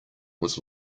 was